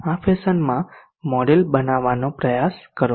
અને આ ફેશનમાં મોડેલ બનાવવાનો પ્રયાસ કરો